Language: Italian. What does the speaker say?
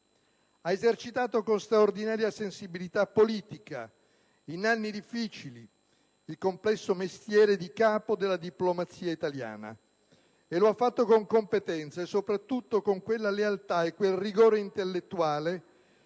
ha esercitato con straordinaria sensibilità politica, in anni difficili, il complesso mestiere di capo della diplomazia italiana. Lo ha fatto con competenza e, soprattutto, con quella lealtà e quel rigore intellettuale